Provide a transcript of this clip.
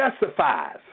Justifies